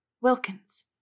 Wilkins